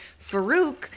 Farouk